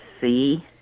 see